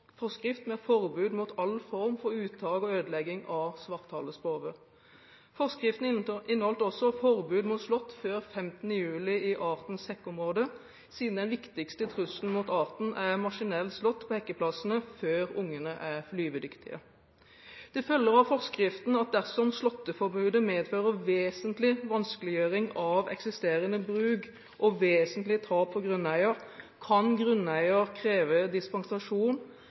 forskrift med forbud mot all form for uttak og ødeleggelse av svarthalespove. Forskriften inneholdt også forbud mot slått før 15. juli i artens hekkeområde, siden den viktigste trusselen mot arten er maskinell slått på hekkeplassene før ungene er flyvedyktige. Det følger av forskriften at dersom slåtteforbudet medfører vesentlig vanskeliggjøring av eksisterende bruk og vesentlig tap for grunneier, kan grunneier kreve dispensasjon